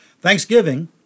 Thanksgiving